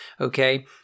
okay